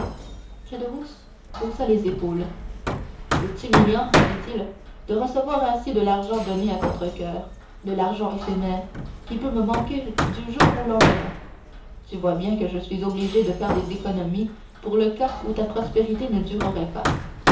haussa les épaules c'est humiliant dit-il de recevoir ainsi de l'argent donné à contrecoeur de l'argent éphémère qui peut me manquer du jour au lendemain tu vois bien que je suis obligé de faire des économies pour le cas où ta prospérité ne durerait pas